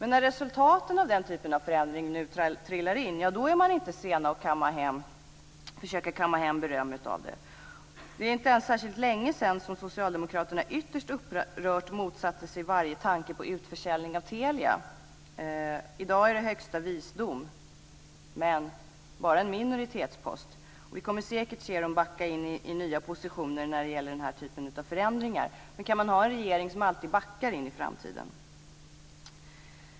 När resultaten av den typen av förändring nu trillar in är man inte sen att försöka kamma hem beröm av det. Det är inte ens särskilt länge sedan som socialdemokraterna ytterst upprört motsatte sig varje tanke på utförsäljning av Telia. I dag är det högsta visdom, men bara en minoritetspost. Vi kommer säkert att få se dem backa in i nya positioner när det gäller den här typen av förändringar. Men kan man ha en regering som alltid backar in i framtiden?